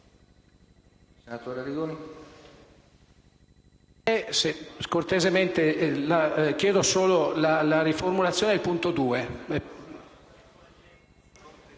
senatore Arrigoni)*.